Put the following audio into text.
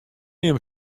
jim